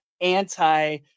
anti